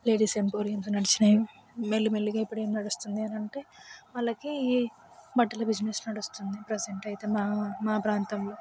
ladies ఎంపోరియంతో నడిచినాయి మెల్లమెలగా ఇప్పుడు ఏం నడుస్తుంది అని అంటే వాళ్ళకి బట్టల బిజినెస్ నడుస్తుంది ప్రజెంట్ అయితే మా మా ప్రాంతంలో